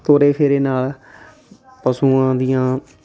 ਤੋਰੇ ਫੇਰੇ ਨਾਲ ਪਸ਼ੂਆਂ ਦੀਆਂ